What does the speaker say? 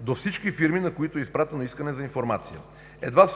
до всички фирми, на които е изпратено искането за информация. Едва